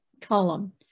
column